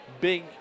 big